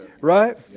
right